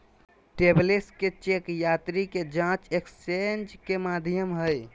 travellers cheque यात्री के जांच एक्सचेंज के माध्यम हइ